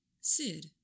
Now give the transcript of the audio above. Sid